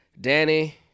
Danny